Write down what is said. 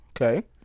okay